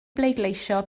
bleidleisio